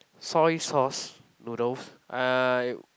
soy sauce noodles uh